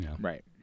Right